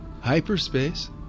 Hyperspace